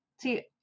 See